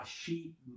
sheep